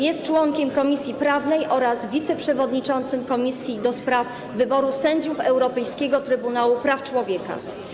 Jest członkiem komisji prawnej oraz wiceprzewodniczącym komisji do spraw wyboru sędziów Europejskiego Trybunału Praw Człowieka.